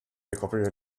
ricoprire